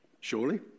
Surely